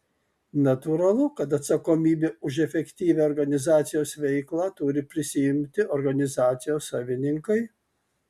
natūralu kad atsakomybę už efektyvią organizacijos veiklą turi prisiimti organizacijos savininkai